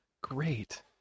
Great